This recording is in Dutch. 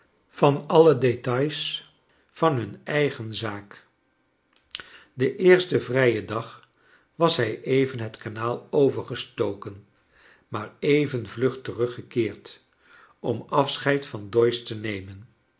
van alle details van hun eigen zaak den eersten vrijen dag was hij even het kanaal overgestoken maar even vlug teruggekeerd om afscheid van doyce te nemen